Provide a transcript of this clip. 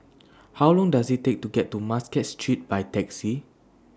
How Long Does IT Take to get to Muscat Street By Taxi